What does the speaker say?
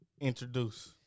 introduce